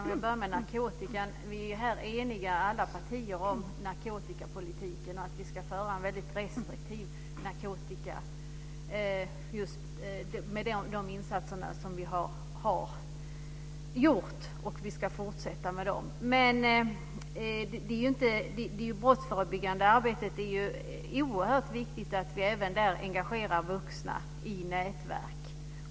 Fru talman! Vi är i alla partier eniga om narkotikapolitiken, att vi ska driva en väldigt restriktiv narkotikapolitik med de insatser som vi har gjort och som vi ska fortsätta med. Det är oerhört viktigt att vi engagerar vuxna i det brottsförebyggande arbetet, i nätverk.